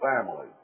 family